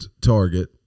Target